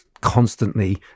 constantly